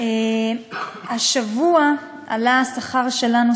השבוע עלה השכר שלנו,